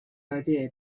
idea